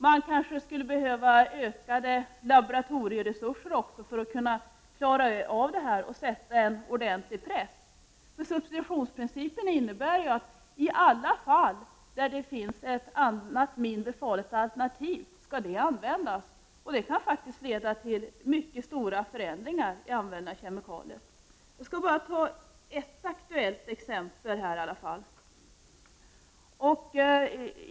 Man kanske skulle behöva ökade laboratorieresurser också för att klara uppgiften och kunna sätta ordentlig press, för substitutionsprincipen innebär ju att i alla fall där det finns ett mindre farligt alternativ skall det alternativet användas. Det kan faktiskt leda till stora förändringar i användningen av kemikalier. Jag skall bara ta ett aktuellt exempel.